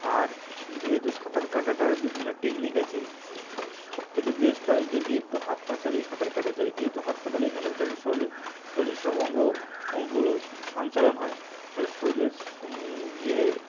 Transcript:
আর যেহেতু সাঁতার কাটাটার বিভিন্ন টেকনিক আছে সব সব থেকে বেস্ট হয় যদি একটু হাত পা চালিয়ে সাঁতার কাটা যায় যেহেতু হাত পা চালিয়ে সাঁতার কাটলে শরীরের শরীরের সব অঙ্গ অগুলো সঞ্চালন হয় ফলে শরীরে যে